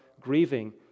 grieving